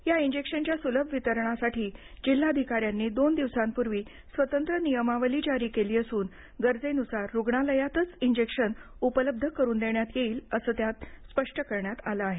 या इंजेक्शनच्या सुलभ वितरणासाठी जिल्हाधिकाऱ्यांनी दोन दिवसांपूर्वी स्वतंत्र नियमावली जारी केली असून गरजेनुसार रुग्णालयातच इंजेक्शन उपलब्ध करून देण्यात येईल असं त्यात स्पष्ट करण्यात आलं आहे